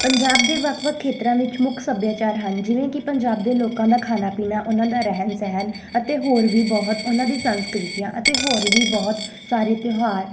ਪੰਜਾਬ ਦੇ ਵੱਖ ਵੱਖ ਖੇਤਰਾਂ ਵਿੱਚ ਮੁੱਖ ਸੱਭਿਆਚਾਰ ਹਨ ਜਿਵੇਂ ਕਿ ਪੰਜਾਬ ਦੇ ਲੋਕਾਂ ਦਾ ਖਾਣਾ ਪੀਣਾ ਉਹਨਾਂ ਦਾ ਰਹਿਣ ਸਹਿਣ ਅਤੇ ਹੋਰ ਵੀ ਬਹੁਤ ਉਹਨਾਂ ਦੀ ਸੰਸਕ੍ਰਿਤੀਆਂ ਅਤੇ ਹੋਰ ਵੀ ਬਹੁਤ ਸਾਰੇ ਤਿਉਹਾਰ